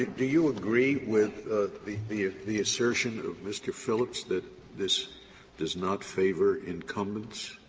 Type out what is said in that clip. do you agree with the the the assertion of mr. phillips that this does not favor incumbents?